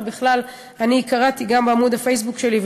אני קראתי גם בעמוד הפייסבוק שלי,